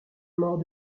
mort